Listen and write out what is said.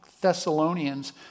Thessalonians